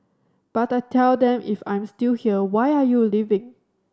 but I tell them if I'm still here why are you leaving